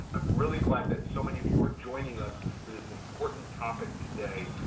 i'm really glad that so many of you are joining us for this important topic today.